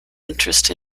interest